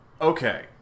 okay